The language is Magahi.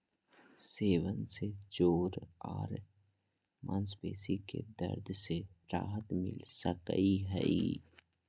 सेवन से जोड़ आर मांसपेशी के दर्द से राहत मिल सकई हई